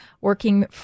working